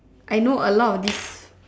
I know a lot of these